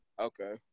Okay